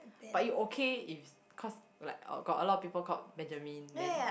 but you okay if cause like uh got a lot of people called Benjamin then